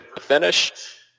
finish